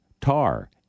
tar